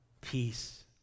peace